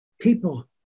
people